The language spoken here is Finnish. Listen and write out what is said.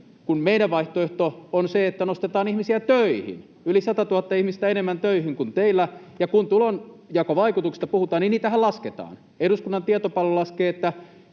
Meidän vaihtoehtomme on se, että nostetaan ihmisiä töihin, yli 100 000 ihmistä enemmän töihin kuin teillä. Ja kun tulonjakovaikutuksista puhutaan, niin niitähän lasketaan. Eduskunnan tietopalvelu laskee,